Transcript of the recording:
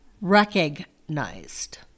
recognized